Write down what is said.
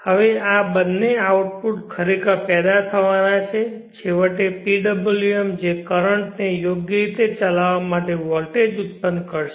હવે આ બંનેના આઉટપુટ ખરેખર પેદા થવાના છે છેવટે PWM જે કરન્ટ ને યોગ્ય રીતે ચલાવવા માટે વોલ્ટેજ ઉત્પન્ન કરશે